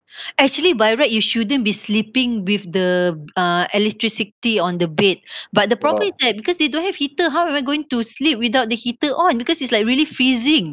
actually by right you shouldn't be sleeping with the uh electricity on the bed but the problem is that because they don't have heater how am I going to sleep without the heater on because it's like really freezing